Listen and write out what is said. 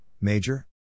Major